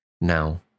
Now